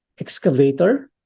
excavator